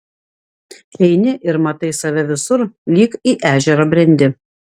eini ir matai save visur lyg į ežerą brendi